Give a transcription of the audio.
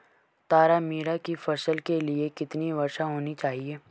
तारामीरा की फसल के लिए कितनी वर्षा होनी चाहिए?